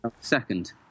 Second